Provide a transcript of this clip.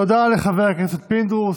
תודה לחבר הכנסת פינדרוס.